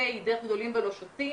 בה' דרך גדולים ולא שותים,